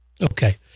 Okay